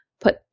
put